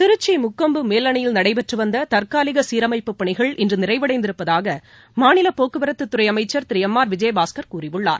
திருச்சி முக்கொம்பு மேலனையில் நடைபெற்று வந்த தற்காலிக சீரமைப்புப் பணிகள் இன்று நிறைவடைந்திருப்பதாக மாநில போக்குவரத்துத்துறை அமைச்சர் திரு எம் ஆர் விஜயபாஸ்கர் கூறியுள்ளார்